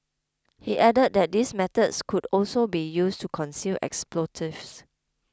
he added that these methods could also be used to conceal explosives